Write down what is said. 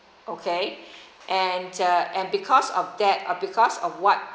okay and uh and because of that because of what